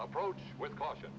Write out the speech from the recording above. approached with caution